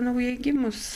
naujai gimus